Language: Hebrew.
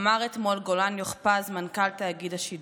אמר אתמול גולן יוכפז, מנכ"ל תאגיד השידור.